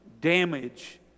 damage